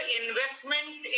investment